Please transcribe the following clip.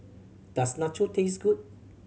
does Nacho taste good